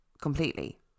completely